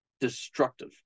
destructive